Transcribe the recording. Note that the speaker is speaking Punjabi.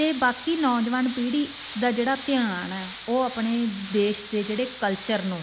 ਅਤੇ ਬਾਕੀ ਨੌਜਵਾਨ ਪੀੜ੍ਹੀ ਦਾ ਜਿਹੜਾ ਧਿਆਨ ਹੈ ਉਹ ਆਪਣੇ ਦੇਸ਼ ਦੇ ਜਿਹੜੇ ਕਲਚਰ ਨੂੰ